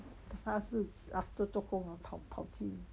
他是 after 做工 orh 跑跑去